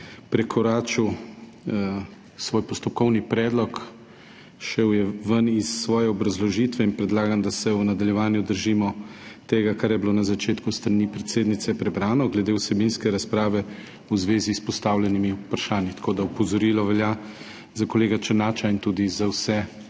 prekoračil svoj postopkovni predlog, zašel je iz obrazložitve. Predlagam, da se v nadaljevanju držimo tega, kar je bilo na začetku s strani predsednice prebrano glede vsebinske razprave v zvezi s postavljenimi vprašanji. Opozorilo velja za kolega Černača in tudi za vse